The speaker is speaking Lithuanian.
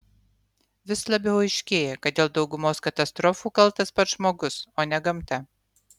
vis labiau aiškėja kad dėl daugumos katastrofų kaltas pats žmogus o ne gamta